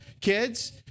kids